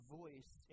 voice